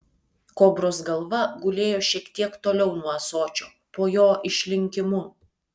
kobros galva gulėjo šiek tiek toliau nuo ąsočio po jo išlinkimu